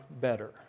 better